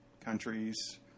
countries